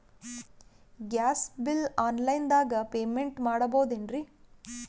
Gas bill online ದಾಗ payment ಮಾಡಬೋದೇನ್ರಿ?